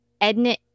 Edna